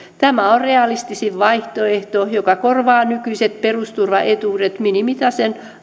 tämä on realistisin vaihtoehto joka korvaa nykyiset perusturvaetuudet minimitason